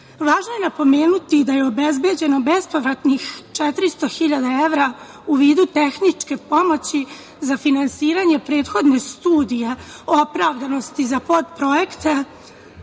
pisma. Važno je napomenuti da je obezbeđeno bespovratnih 400 hiljada evra u vidu tehničke pomoći za finansiranje prethodne studije opravdanosti i za podprojekte,